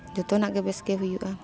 ᱡᱚᱛᱚᱱᱟᱜ ᱜᱮ ᱵᱮᱥ ᱜᱮ ᱦᱩᱭᱩᱜᱼᱟ